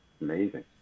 amazing